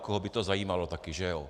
Koho by to zajímalo taky, že jo?